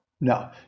no